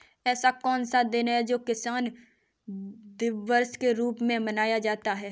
ऐसा कौन सा दिन है जो किसान दिवस के रूप में मनाया जाता है?